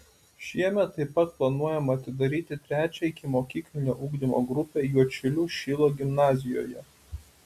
šiemet taip pat planuojama atidaryti trečią ikimokyklinio ugdymo grupę juodšilių šilo gimnazijoje